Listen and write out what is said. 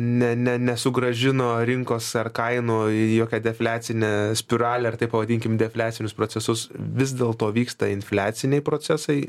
ne ne nesugrąžino rinkos ar kainų į jokią defliacinę spiralę ir taip pavadinkim defliacinius procesus vis dėl to vyksta infliaciniai procesai